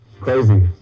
Crazy